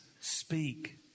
Speak